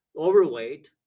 overweight